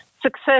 Success